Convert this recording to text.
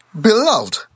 Beloved